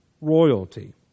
royalty